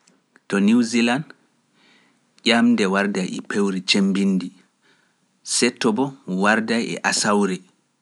To Niw Zilan ƴamde warda e pewre cemmbindi, seetto bo warda e asawre.